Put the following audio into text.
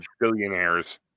billionaires